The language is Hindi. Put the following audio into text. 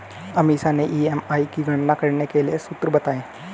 अमीषा ने ई.एम.आई की गणना करने के लिए सूत्र बताए